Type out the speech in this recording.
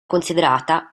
considerata